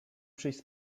przyjść